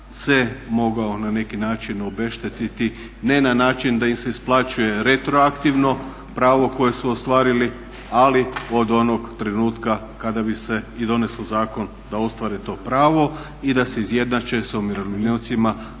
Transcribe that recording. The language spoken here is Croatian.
se mogao na neki način obeštetiti, ne na način da im se isplaćuje retroaktivno pravo koje su ostvarili, ali od onog trenutka kada bi se i doneso zakon da ostvare to pravo i da se izjednače sa umirovljenicima koji